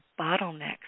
bottlenecks